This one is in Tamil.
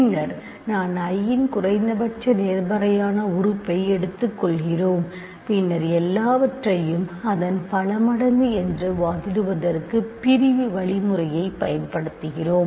பின்னர் நான் I இன் குறைந்தபட்ச நேர்மறையான உறுப்பை எடுத்துக்கொள்கிறோம் பின்னர் எல்லாவற்றையும் அதன் பல மடங்கு என்று வாதிடுவதற்கு பிரிவு வழிமுறையைப் பயன்படுத்துகிறோம்